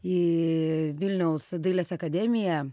į vilniaus dailės akademiją